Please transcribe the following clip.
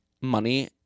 money